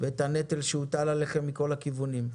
והנטל שהוטל עליכם מכל הכיוונים.